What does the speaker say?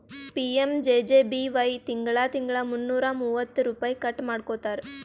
PMJJBY ತಿಂಗಳಾ ತಿಂಗಳಾ ಮುನ್ನೂರಾ ಮೂವತ್ತ ರುಪೈ ಕಟ್ ಮಾಡ್ಕೋತಾರ್